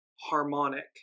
harmonic